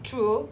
true